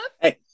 Hey